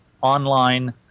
online